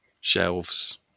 shelves